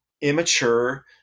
immature